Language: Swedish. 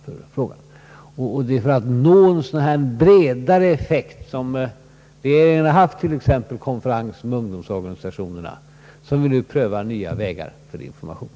Det är för att nå en bredare effekt som vi haft t.ex. konferensen med ungdomsorganisationerna för att pröva nya vägar för information.